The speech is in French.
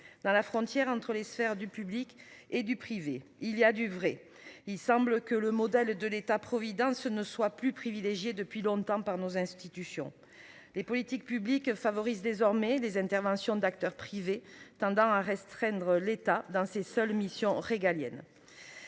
dans la frontière entre les sphères du public et du privé, il y a du vrai. Il semble que le modèle de l'État providence ne soit plus privilégié depuis longtemps par nos institutions. Les politiques publiques. Désormais des interventions d'acteurs privés tendant à restreindre l'état dans ses seules missions régaliennes.